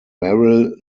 merrill